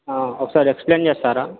ఒకసారి ఎక్స్ప్లైన్ చేస్తారా